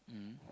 mm